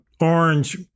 Orange